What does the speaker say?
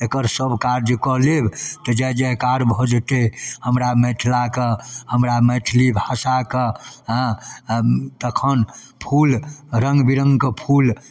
एकर सब काज कऽ लेब तऽ जयजयकार भऽ जेतै हमरा मिथिलाके हमरा मैथिली भाषाके हँ तखन फूल रङ्गबिरङ्गके फूल